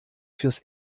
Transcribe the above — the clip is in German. fürs